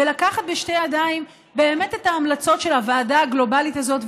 ולקחת בשתי ידיים את ההמלצות של הוועדה הגלובלית הזאת,